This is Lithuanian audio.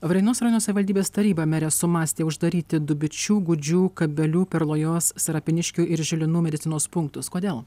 varėnos rajono savivaldybės taryba mere sumąstė uždaryti dubičių gūdžių kabelių perlojos sarapiniškių ir žilinų medicinos punktus kodėl